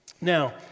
Now